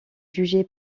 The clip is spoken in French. jugé